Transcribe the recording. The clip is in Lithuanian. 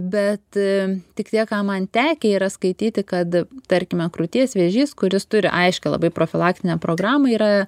bet tik tiek ką man tekę yra skaityti kad tarkime krūties vėžys kuris turi aiškią labai profilaktinę programą yra